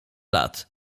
lat